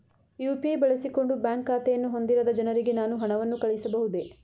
UPI ಬಳಸಿಕೊಂಡು bank ಖಾತೆಯನ್ನು ಹೊಂದಿರದ ಜನರಿಗೆ ನಾನು ಹಣವನ್ನು ಕಳುಹಿಸಬಹುದೇ?